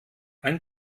ein